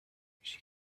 musical